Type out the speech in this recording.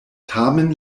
tamen